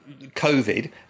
COVID